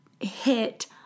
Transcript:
hit